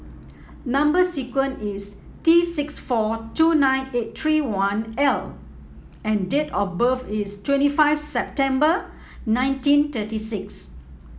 number sequence is T six four two nine eight three one L and date of birth is twenty five September nineteen thirty six